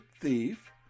thief